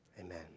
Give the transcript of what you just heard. Amen